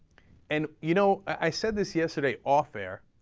and, you know, i said this yesterday off-air,